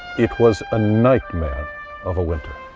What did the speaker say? it was a nightmare of a winter.